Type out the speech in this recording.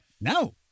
No